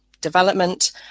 Development